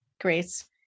Grace